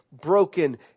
broken